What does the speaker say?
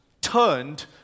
turned